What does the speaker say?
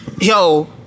Yo